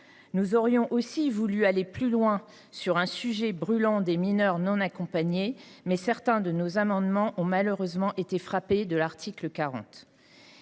Nous aurions aussi voulu aller plus loin sur le sujet brûlant des mineurs non accompagnés, mais certains de nos amendements ont malheureusement été frappés d’irrecevabilité